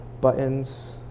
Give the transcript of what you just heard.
buttons